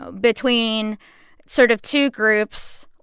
ah between sort of two groups.